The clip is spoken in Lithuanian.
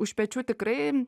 už pečių tikrai